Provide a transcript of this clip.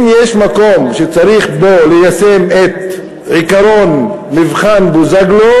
אם יש מקום שצריך ליישם בו את עקרון מבחן בוזגלו,